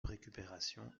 récupération